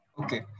Okay